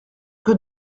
que